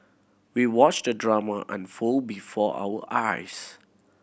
we watched the drama unfold before our eyes